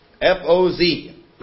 F-O-Z